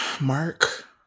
Mark